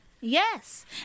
yes